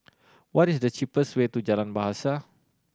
what is the cheapest way to Jalan Bahasa